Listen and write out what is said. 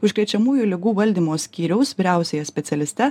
užkrečiamųjų ligų valdymo skyriaus vyriausiąja specialiste